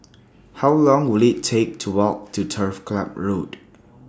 How Long Will IT Take to Walk to Turf Club Road